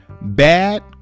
bad